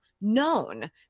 known